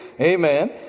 amen